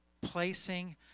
placing